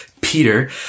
Peter